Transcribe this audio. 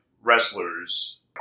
wrestlers